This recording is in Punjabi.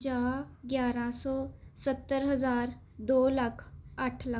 ਪੰਜਾਹ ਗਿਆਰ੍ਹਾਂ ਸੌ ਸੱਤਰ ਹਜ਼ਾਰ ਦੋ ਲੱਖ ਅੱਠ ਲੱਖ